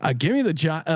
i gave me the job,